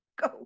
Go